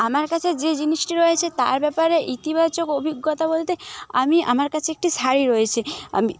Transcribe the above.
আমার কাছে যে জিনিসটি রয়েছে তার ব্যাপারে ইতিবাচক অভিজ্ঞতা বলতে আমি আমার কাছে একটি শাড়ি রয়েছে আমি